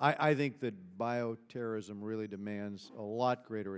i think that bioterrorism really demands a lot greater